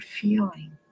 feeling